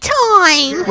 time